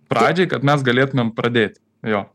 pradžiai kad mes galėtumėm pradėt jo